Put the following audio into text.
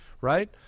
right